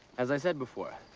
as i said before,